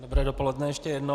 Dobré dopoledne ještě jednou.